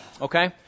Okay